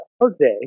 Jose